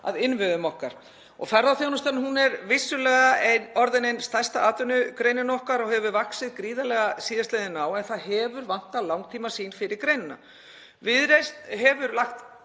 að innviðum okkar. Ferðaþjónustan er vissulega orðin ein stærsta atvinnugreinin okkar og hefur vaxið gríðarlega síðastliðin ár en það hefur vantað langtímasýn fyrir greinina. Viðreisn hefur í